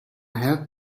have